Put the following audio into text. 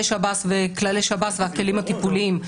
שב"ס וכללי שב"ס והכלים הטיפוליים.